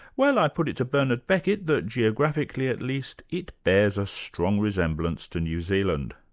well i put it to bernard beckett that geographically at least it bears a strong resemblance to new zealand.